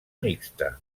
mixta